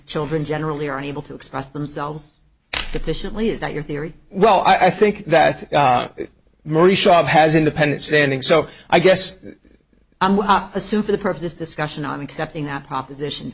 children generally aren't able to express themselves efficiently is that your theory well i think that maury shaab has independent standing so i guess i'm with assume for the purpose this discussion on accepting that proposition